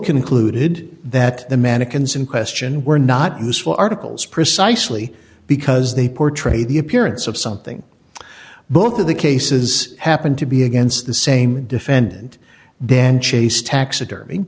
concluded that the mannequins in question were not useful articles precisely because they portray the appearance of something both of the cases happen to be against the same defendant then chase taxidermy